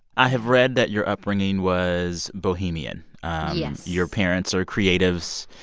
i have read that your upbringing was bohemian yes your parents are creatives.